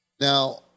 Now